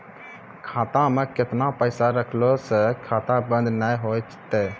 खाता मे केतना पैसा रखला से खाता बंद नैय होय तै?